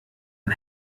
ein